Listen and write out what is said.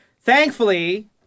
Thankfully